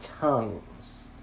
Tongues